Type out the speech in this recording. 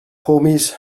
homies